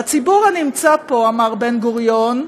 בציבור הנמצא פה, אמר בן גוריון,